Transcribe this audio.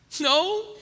no